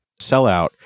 sellout